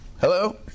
Hello